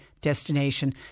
destination